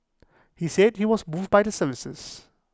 he said he was moved by the services